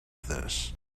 this